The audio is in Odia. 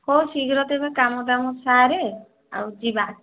ହେଉ ଶୀଘ୍ର ତେବେ କାମଦାମ ସାରେ ଆଉ ଯିବା